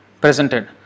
presented